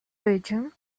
region